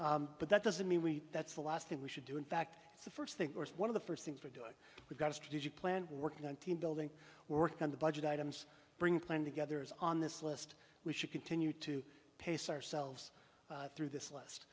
unit but that doesn't mean we that's the last thing we should do in fact it's the first thing or one of the first things we're doing we've got a strategic plan working on team building work on the budget items bring plan together is on this list we should continue to pace ourselves through this list